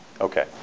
Okay